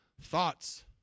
thoughts